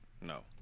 no